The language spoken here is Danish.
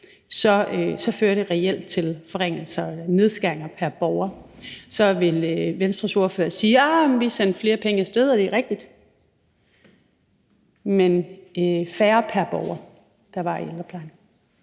så fører det reelt til forringelser eller nedskæringer pr. borger. Og så vil Venstres ordfører sige: Arh, men vi sendte flere penge af sted. Og det er rigtigt, men det var færre pr. borger, der var i ældreplejen.